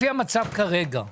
לפי המצב כרגע,